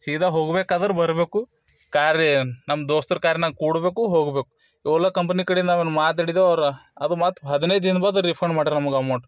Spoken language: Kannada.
ಸೀದಾ ಹೋಗ್ಬೇಕಾದ್ರೆ ಬರಬೇಕು ಕಾರಿ ನಮ್ಮ ದೋಸ್ತರ ಕಾರ್ನಾಗೆ ಕೂಡ್ಬೇಕು ಹೋಗ್ಬೇಕು ಓಲೋ ಕಂಪನಿ ಕಡೆಂದ ನಾವೇನು ಮಾತಾಡಿದೆವು ಅವರ ಅದು ಮತ್ತೆ ಹದಿನೈದು ದಿನ ಬಾದ್ ರೀಫಂಡ್ ಮಾಡಿರು ನಮಗೆ ಅಮೌಂಟ್